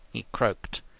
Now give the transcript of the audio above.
he croaked.